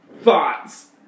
Thoughts